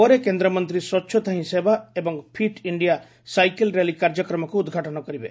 ପରେ କେନ୍ଦ୍ରମନ୍ତୀ 'ସ୍ୱଛତା ହିଁ ସେବା' ଏବଂ ଫିଟ୍ ଇଣ୍ଣିଆ ସାଇକେଲ ର୍ୟାଲି କାର୍ଯ୍ୟକ୍ରମକୁ ଉଦ୍ଘାଟନ କରିବେ